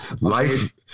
life